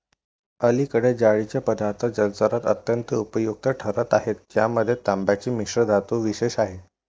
अलीकडे जाळीचे पदार्थ जलचरात अत्यंत उपयुक्त ठरत आहेत ज्यामध्ये तांब्याची मिश्रधातू विशेष आहे